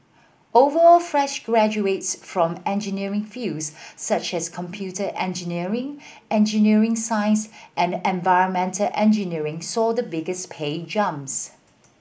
overall fresh graduates from engineering fields such as computer engineering engineering science and environmental engineering saw the biggest pay jumps